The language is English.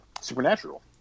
Supernatural